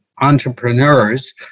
entrepreneurs